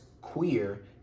queer